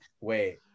wait